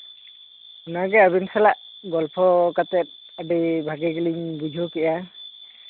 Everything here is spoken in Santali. ᱚᱱᱟᱜᱮ ᱟᱹᱵᱤᱱ ᱥᱟᱞᱟᱜ ᱜᱚᱞᱯᱷᱚ ᱠᱟᱛᱮᱫ ᱟᱹᱰᱤ ᱵᱷᱟᱹᱜᱤ ᱜᱮᱞᱤᱧ ᱵᱩᱡᱷᱟᱹᱣ ᱠᱮᱫ ᱟ